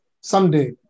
someday